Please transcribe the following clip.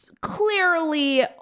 clearly